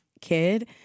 kid